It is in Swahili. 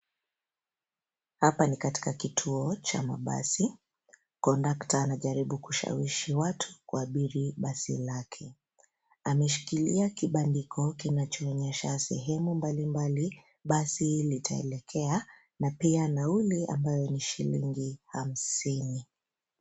Hapa ni katika kituo cha mabasi, conductor anajaribu kushawishi watu kuabiri basi lake. Ameshikilia kibandkiko kinachoonyesha sehemu mbalimbali basi litaelekea na pia nauli ambayo ni shilingi hamsini.